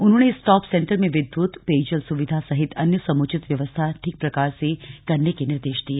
उन्होंने stop centre में विद्युत पेयजल सुविधा सहित अन्य समुचित व्यवस्था ठीक प्रकार से करने के निर्देश दिये